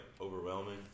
overwhelming